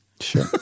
Sure